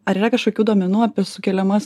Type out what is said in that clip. ar yra kašokių duomenų apie sukeliamas